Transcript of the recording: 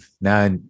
now